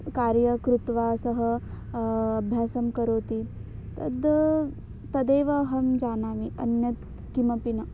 कार्यं कृत्वा सः अभ्यासं करोति तत् तदेव अहं जानामि अन्यत् किमपि न